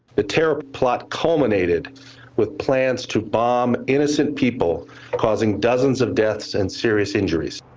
the terror plot culminated with plans to bomb innocent people causing dozens of deaths and serious injuries.